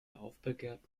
aufbegehrt